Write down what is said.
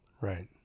Right